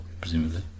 presumably